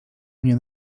mnie